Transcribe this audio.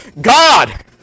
God